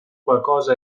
qualcosa